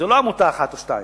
לא מדובר בעמותה אחת או שתיים,